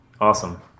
awesome